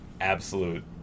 absolute